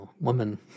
woman